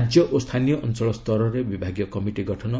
ରାଜ୍ୟ ଓ ସ୍ଥାନୀୟ ଅଞ୍ଚଳ ସ୍ତରରେ ବିଭାଗୀୟ କମିଟି ଗଠନ